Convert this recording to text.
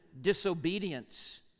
disobedience